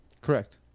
Correct